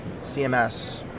CMS